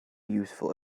useful